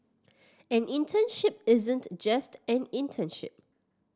an internship isn't just an internship